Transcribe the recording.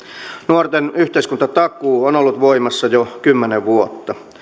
nuorten yhteiskuntatakuu on ollut voimassa jo kymmenen vuotta